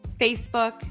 Facebook